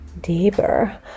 deeper